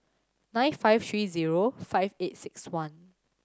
nine five three zero five eight six one